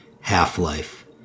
half-life